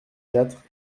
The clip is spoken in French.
quatre